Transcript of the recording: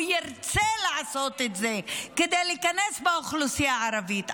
הוא ירצה לעשות את זה כדי להיכנס באוכלוסייה הערבית.